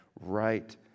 right